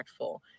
impactful